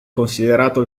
considerato